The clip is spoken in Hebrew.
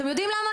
אתם יודעים למה?